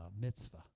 mitzvah